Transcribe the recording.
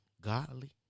godly